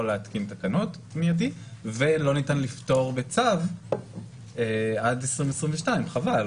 להתקין תקנות מיידית ולא ניתן לפטור בצו עד 2022. חבל,